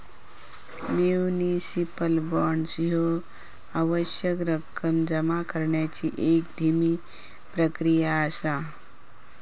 municipal bonds ह्या आवश्यक रक्कम जमा करण्याची एक धीमी प्रक्रिया असा